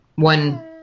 One